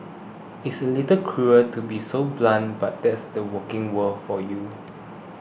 it's a little cruel to be so blunt but that's the working world for you